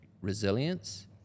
resilience